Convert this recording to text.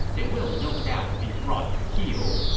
they will no doubt be brought to heel.